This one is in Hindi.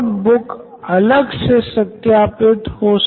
प्रोफेसर ओके पर एक अध्यापक को प्रभावी ढंग से हो रही अधिगम मे क्या रुचि है